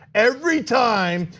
every time,